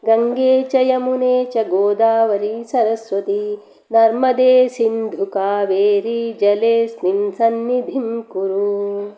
गङ्गे च यमुने चैव गोदावरी सरस्वती नर्मदे सिन्धु कावेरी जलेस्मिन् सन्निधिं कुरु